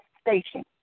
station